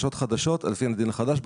בקשות חדשות לפי הדין החדש,